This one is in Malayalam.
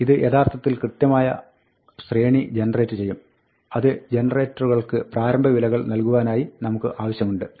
ഇത് യാഥാർത്ഥത്തിൽ കൃത്യമായ ശ്രേണി ജനറേറ്റ് ചെയ്യും അത് ജനറേറ്ററുകൾക്ക് പ്രാരംഭ വിലകൾ നൽകുവാനായി നമുക്ക് ആവശ്യമുണ്ട്